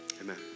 Amen